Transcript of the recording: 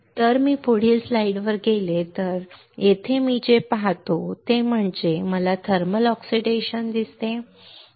तर मी पुढील स्लाईडवर गेलो तर मी येथे जे पाहतो ते पहिले म्हणजे मला थर्मल ऑक्सिडेशन दिसते